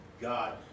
God